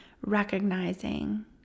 recognizing